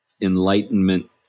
enlightenment